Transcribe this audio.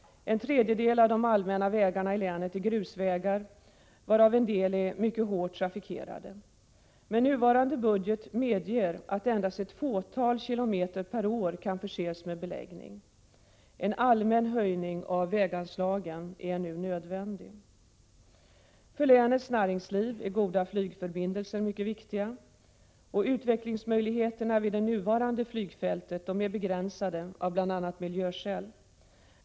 En tredjedel av de allmänna vägarna i länet är grusvägar varav en del är hårt trafikerade. Nuvarande budget medger att endast ett fåtal kilometer per år kan förses med beläggning. En allmän höjning av väganslagen är nu nödvändig. För länets näringsliv är goda flygförbindelser mycket viktiga. Utvecklingsmöjligheterna vid det nuvarande flygfältet är begränsade av bl.a. miljöskäl.